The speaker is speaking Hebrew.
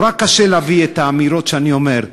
נורא קשה להביא את האמירות שאני אומר.